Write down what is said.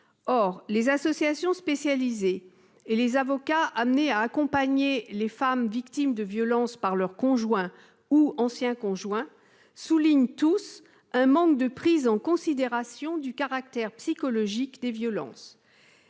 Or les associations spécialisées et les avocats amenés à accompagner les femmes victimes de violences commises par leur conjoint ou ancien conjoint soulignent tous un manque de prise en considération du caractère psychologique des violences.